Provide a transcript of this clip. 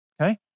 Okay